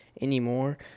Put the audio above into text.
anymore